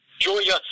Julia